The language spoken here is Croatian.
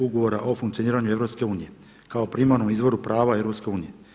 Ugovora o funkcioniranju EU kao primarnom izvoru prava EU.